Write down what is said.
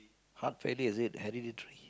heart failure is it hereditary